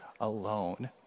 alone